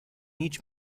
each